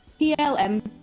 PLM